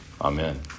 Amen